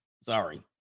Sorry